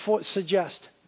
suggest